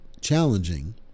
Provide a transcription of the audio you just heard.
challenging